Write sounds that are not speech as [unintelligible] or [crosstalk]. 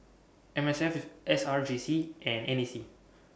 M S F [unintelligible] S R J C and N A C